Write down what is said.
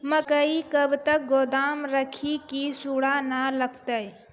मकई कब तक गोदाम राखि की सूड़ा न लगता?